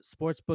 Sportsbook